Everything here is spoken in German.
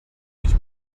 mich